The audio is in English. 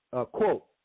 quote